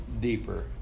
deeper